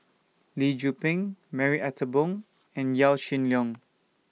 Lee Tzu Pheng Marie Ethel Bong and Yaw Shin Leong